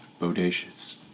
Bodacious